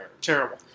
Terrible